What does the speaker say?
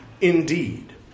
Indeed